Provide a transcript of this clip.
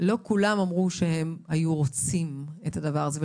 לא כולם אמרו שהם היו רוצים את הדבר הזה.